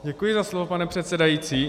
Děkuji za slovo, pane předsedající.